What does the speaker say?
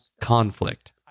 conflict